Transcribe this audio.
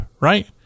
right